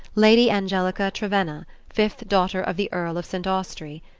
lady angelica trevenna, fifth daughter of the earl of st. austrey.